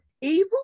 evil